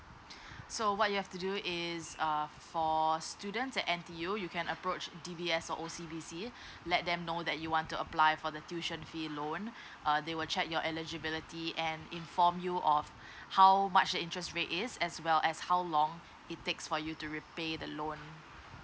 so what you have to do is err for student at N_T_U you can approach D_B_S or O_C_B_C let them know that you want to apply for the tuition fee loan err they will check your eligibility and inform you of how much the interest rate is as well as how long it takes for you to repay the loan